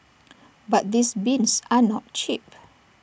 but these bins are not cheap